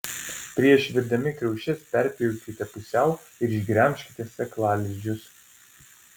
prieš virdami kriaušes perpjaukite pusiau ir išgremžkite sėklalizdžius